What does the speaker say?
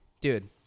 dude